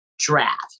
draft